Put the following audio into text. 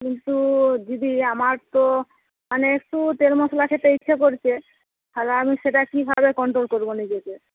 কিন্তু দিদি আমার তো মানে একটু তেল মশলা খেতে ইচ্ছা করছে তাহলে আমি সেটা কীভাবে কন্ট্রোল করবো নিজেকে